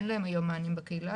אין להם היום מענים בקהילה.